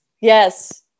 yes